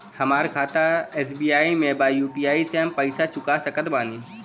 हमारा खाता एस.बी.आई में बा यू.पी.आई से हम पैसा चुका सकत बानी?